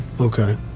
Okay